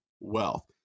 Wealth